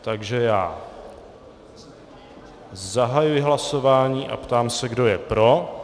Takže já zahajuji hlasování a ptám se, kdo je pro.